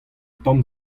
tamm